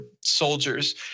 soldiers